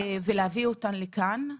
ולהביא אותן לכאן.